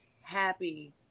happy